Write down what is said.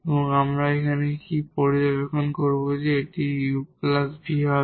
তারপর আমরা এখানে কি পর্যবেক্ষণ করব যে এটি 𝑢 𝑣 হবে